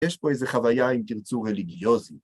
‫יש פה איזו חוויה, אם תרצו, רליגיוזית.